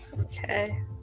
Okay